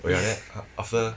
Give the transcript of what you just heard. oh ya then after